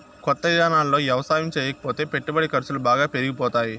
కొత్త ఇదానాల్లో యవసాయం చేయకపోతే పెట్టుబడి ఖర్సులు బాగా పెరిగిపోతాయ్